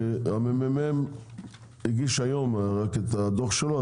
הממ"מ הגיש היום את הדוח שלו,